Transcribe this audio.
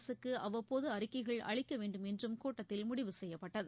அரசுக்கு அவ்வப்போது அறிக்கைகள் அளிக்க வேண்டும் என்றும் கூட்டத்தில் முடிவு செய்யப்பட்டது